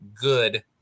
good